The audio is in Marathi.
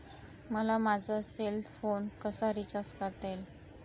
मला माझा सेल फोन कसा रिचार्ज करता येईल?